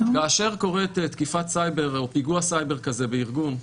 כאשר קורית תקיפת סייבר או פיגוע סייבר כזה בארגון,